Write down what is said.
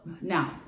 now